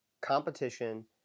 competition